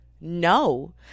no